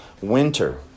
winter